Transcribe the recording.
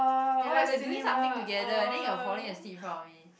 ya like we are doing something together and then you are falling asleep in front of me